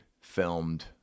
filmed